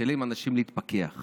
מתחילים אנשים להתפכח